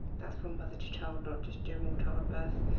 that's from mother to child, not just general child birth,